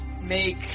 make